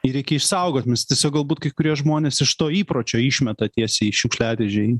jį reikia išsaugot mes tiesiog galbūt kai kurie žmonės iš to įpročio išmeta tiesiai į šiukšliadėžę į